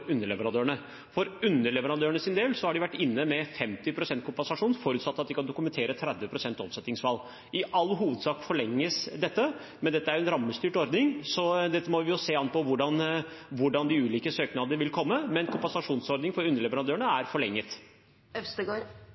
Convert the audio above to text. del har de vært inne med 50 pst. kompensasjon, forutsatt at de kan dokumentere et omsetningsfall på 30 pst. I all hovedsak forlenges dette, men dette er en rammestyrt ordning, så vi må se an hvordan de ulike søknadene vil komme. Men kompensasjonsordningen for underleverandørene er